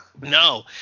No